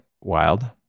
wild